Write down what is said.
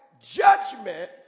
judgment